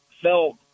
felt